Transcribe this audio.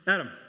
Adam